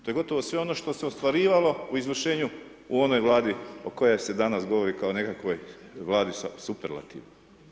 To je gotovo sve ono što se ostvarivalo u izvršenju u onoj Vladi o kojoj se danas govori kao o nekakvoj Vladi u superlativu.